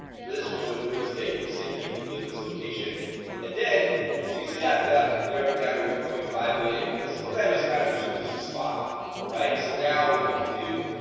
for this one with real. we'll just say people who live in this location and then you can see that without narrowed down to one point five million because well that is kind of a touristy spot right so now what we could do